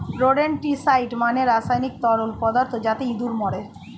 rodenticide মানে রাসায়নিক তরল পদার্থ যাতে ইঁদুর মরে